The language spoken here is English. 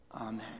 Amen